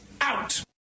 out